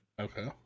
Okay